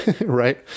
right